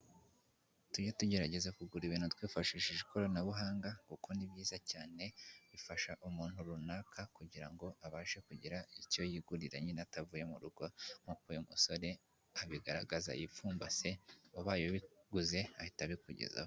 Tujye tugerageza kugura ibintu twifashishije ikoranabuhanga kuko ni byiza cyane, bifasha umuntu runaka kugira ngo abashe kugira icyo yigurira nyine atavuye mu rugo, nkuko uyu musore abigaragaza yipfumbase, ubaye ubiguze ahita abikugezaho.